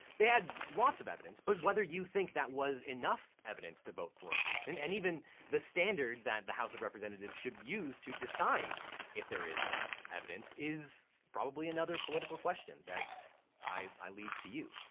they had lots of evidence, but whether you think that was enough to vote for impeachment and even the standard that the house of representatives should use to decide if there is enough evidence is probably another political question that i leave to you.